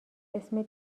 اسمت